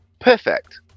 Perfect